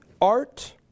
Art